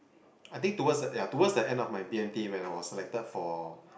I think towards the ya towards the end of my B_M_T when I was selected for